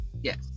Yes